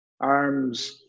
Arms